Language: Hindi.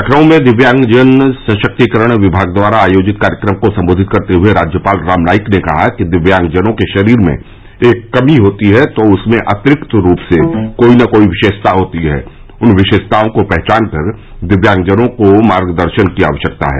लखनऊ में दिव्यांगजन सशक्तिकरण विमाग द्वारा आयोजित कार्यक्रम को संबोधित करते हुए राज्यपाल राम नाईक ने कहा कि दिव्यांगजनों के शरीर में एक कमी होती है तो उनमें अतिरिक्त रूप से कोई न कोई विशेषता होती है उन विशेषताओं को पहचान कर दिव्यांगजनों को मार्ग दर्शन की आवश्यकता है